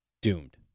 doomed